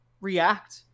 react